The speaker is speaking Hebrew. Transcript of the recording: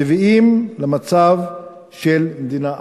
מביאים למצב של מדינה אחת.